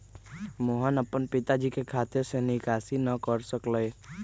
मोहन अपन पिताजी के खाते से निकासी न कर सक लय